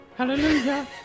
Hallelujah